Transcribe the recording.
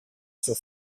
sur